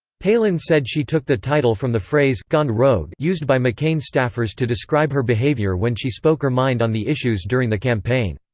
palin said she took the title from the phrase gone rogue used by mccain staffers to describe her behavior when she spoke her mind on the issues during the campaign.